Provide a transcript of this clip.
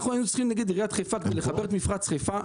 היינו צריכים עיריית חיפה כדי לחבר את מפרץ חיפה,